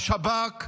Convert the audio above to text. השב"כ,